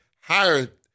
hired